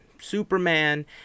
Superman